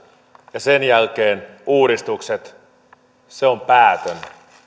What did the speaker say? ja sen jälkeen uudistukset on päätön